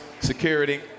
security